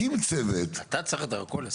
אתה צריך דרכו לשר השיכון?